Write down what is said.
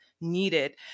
needed